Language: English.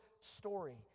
story